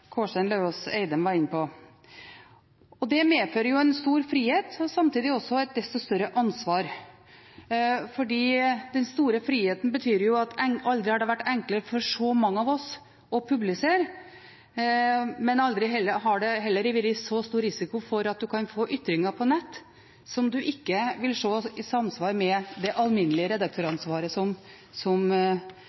Kårstein Eidem Løvaas var inne på. Det medfører en stor frihet og samtidig et desto større ansvar, for den store friheten betyr at aldri har det vært enklere for så mange av oss å publisere, men aldri har det heller vært så stor risiko for å få ytringer på nett som ikke vil være i samsvar med det alminnelige redaktøransvaret som har vært gjeldende i norsk presse. Det er klart at det er en problemstilling som